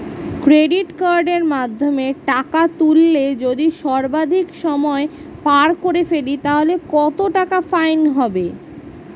Credit কার্ডের মাধ্যমে টাকা তুললে যদি সর্বাধিক সময় পার করে ফেলি তাহলে কত টাকা ফাইন হবে?